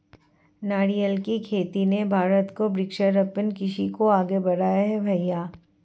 नारियल की खेती ने भारत को वृक्षारोपण कृषि को आगे बढ़ाया है भईया